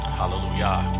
hallelujah